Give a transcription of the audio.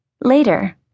Later